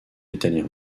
italien